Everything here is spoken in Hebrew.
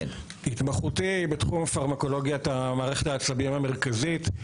התמחותי בתחום הפרמקולוגיה מערכת העצבים המרכזית.